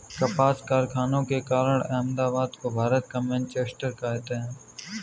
कपास कारखानों के कारण अहमदाबाद को भारत का मैनचेस्टर कहते हैं